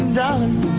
dollars